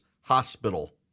Hospital